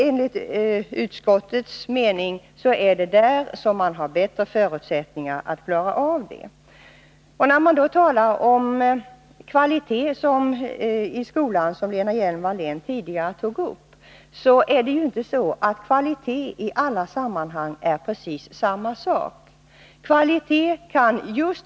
Enligt utskottets mening är förutsättningarna bättre där för att klara av denna typ av studier. När man talar om kvalitet i skolan, som Lena Hjelm-Wallén gjorde, måste man inse att kvalitet inte i alla sammanhang är precis samma sak.